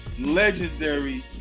legendary